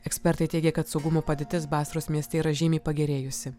ekspertai teigia kad saugumo padėtis basros mieste yra žymiai pagerėjusi